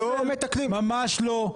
ממש לא,